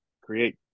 create